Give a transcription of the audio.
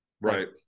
Right